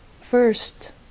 First